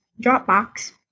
Dropbox